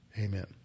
Amen